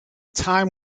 time